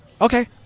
okay